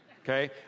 okay